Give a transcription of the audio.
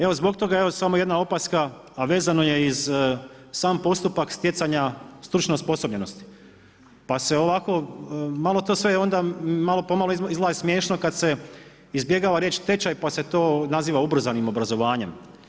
Evo zbog toga, samo jedna opaska, a vezano je iz sam postupak stjecanja stručne osposobljenosti pa se ovako malo to sve onda, malo po malo izgleda i smiješno kad se izbjegava riječ tečaj pa se to naziva ubrzanim obrazovanjem.